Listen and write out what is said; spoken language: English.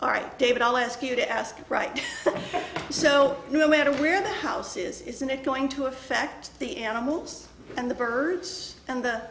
all right david i'll ask you to ask right so no matter where the house is isn't it going to affect the animals and the birds and the